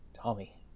Tommy